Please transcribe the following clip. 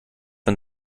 von